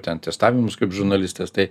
ten testavimus kaip žurnalistas tai